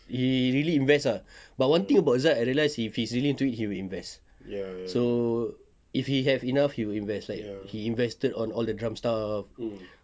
he really invest ah but one thing about zad I realised if he's really into it he will invest so if he have enough he will invest he invested on all the drums stuff